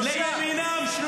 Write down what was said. תמיד נעמוד על זכותם.